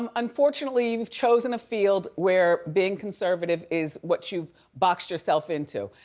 um unfortunately, you've chosen a field where being conservative is what you've boxed yourself into.